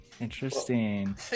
Interesting